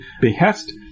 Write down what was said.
behest